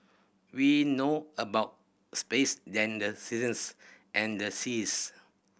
we know about space than the seasons and the seas